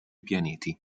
pianeti